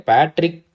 Patrick